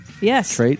Yes